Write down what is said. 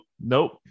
nope